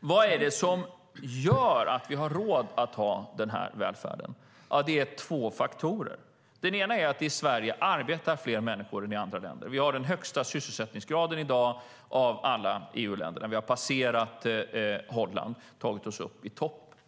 Vad är det som gör att vi har råd att ha den här välfärden? Det är två faktorer. Den ena är att i Sverige arbetar fler människor än i andra länder. Vi har i dag den högsta sysselsättningsgraden av alla EU-länder. Vi har passerat Holland och tagit oss upp i topp.